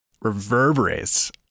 reverberates